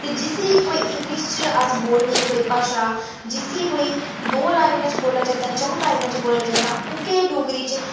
ते जिसी कोई इंग्लिश च अस बोलने कोई भाशा जिसी कोई द'ऊं लाइनें च बोल्लेआ जंदा च'ऊं लाइनें च बोल्लेआ जंदा उ'ऐ डोगरी च अस